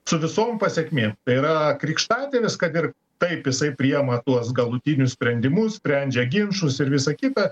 su visom pasekmėm tai yra krikštatėvis kad ir taip jisai priema tuos galutinius sprendimus sprendžia ginčus ir visa kita